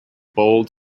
bold